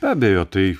be abejo tai